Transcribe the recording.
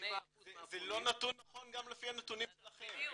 97% מהפונים --- זה לא נתון נכון גם לפי הנתונים שלכם.